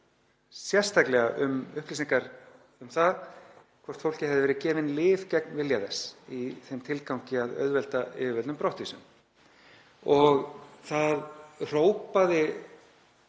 sérstaklega um upplýsingar um það hvort fólki hefðu verið gefin lyf gegn vilja þess í þeim tilgangi að auðvelda yfirvöldum brottvísun. Það hrópaði